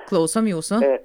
klausom jūsų